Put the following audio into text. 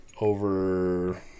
over